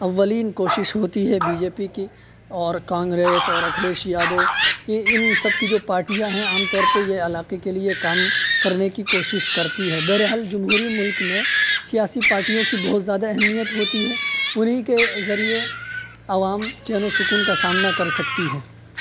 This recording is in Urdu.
اولین کوشش ہوتی ہے بی جے پی کی اور کانگریس اور اکھلیش یادو یہ ان سب کی جو پارٹیاں ہیں عام طور پہ یہ علاقے کے لیے کام کرنے کی کوشش کرتی ہیں بہرحال جمہوری ملک میں سیاسی پارٹیوں کی بہت زیادہ اہمیت ہوتی ہے انہیں کے ذریعے عوام چین و سکون کا سامنا کر سکتی ہے